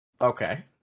Okay